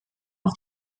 auf